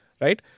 right